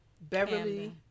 Beverly